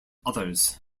others